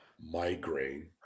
migraine